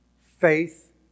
Faith